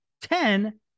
ten